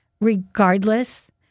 regardless